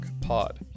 Pod